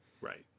Right